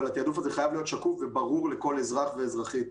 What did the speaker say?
אבל התעדוף הזה חייב להיות שקוף וברור לכל אזרח ואזרחית.